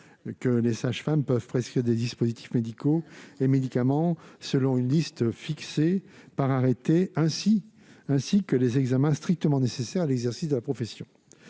que les sages-femmes peuvent prescrire des dispositifs médicaux et des médicaments, selon une liste fixée par arrêté, ainsi que « les examens strictement nécessaires à l'exercice de leur profession